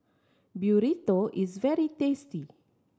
burrito is very tasty